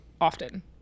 often